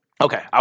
Okay